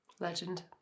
Legend